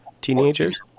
teenagers